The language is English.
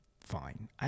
fine